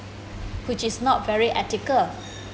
which is not very ethical